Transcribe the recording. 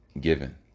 given